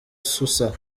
susa